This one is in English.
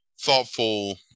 thoughtful